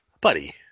Buddy